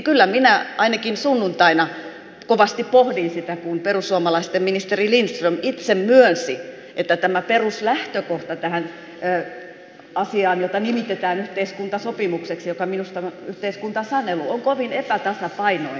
kyllä minä ainakin sunnuntaina kovasti pohdin sitä kun perussuomalaisten ministeri lindström itse myönsi että tämä peruslähtökohta tähän asiaan jota nimitetään yhteiskuntasopimukseksi joka minusta on yhteiskuntasanelua on kovin epätasapainoinen